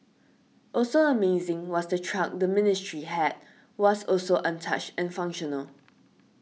also amazing was the truck the Ministry had was also untouched and functional